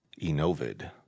Enovid